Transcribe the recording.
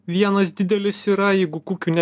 vienas didelis yra jeigu kukių ne